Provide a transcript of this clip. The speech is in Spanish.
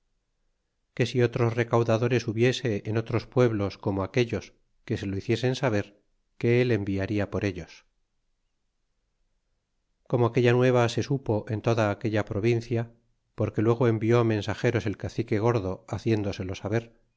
que si otros recaudadores hubiese en otros pueblos como aquellos que se lo hiciesen saber que el enviaria por ellos y como aquella nueva se supo en toda aquella provincia porque luego envió mensajeros el cacique gordo haciéndoselo saber